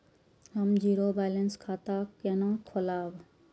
हम zero balance खाता केना खोलाब?